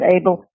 able